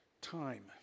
Time